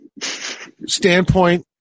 standpoint